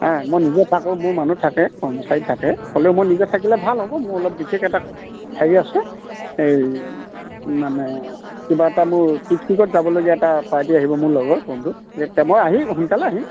মই নিজে থাকোঁ মোৰ মানুহ থাকে কৰ্মচাৰী থাকে হ'লেও মই নিজে থাকিলে ভাল হ'ব মোৰ অলপ বিশেষ এটা হেৰি আছে এই মানে কিবা এটা মোৰ পিকনিকত যাবলগীয়া এটা পাৰ্টি আহিব মোৰ লগৰ বন্ধু এতিয়া মই আহি সোনকালে আহিম